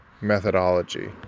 methodology